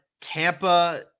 Tampa